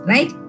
Right